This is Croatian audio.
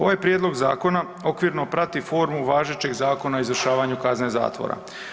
Ovaj prijedlog zakona okvirno prati formu važećeg Zakona o izvršavanju kazne zatvora.